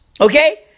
Okay